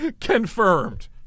confirmed